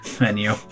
menu